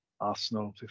Arsenal